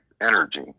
energy